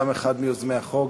גם הוא אחד מיוזמי החוק.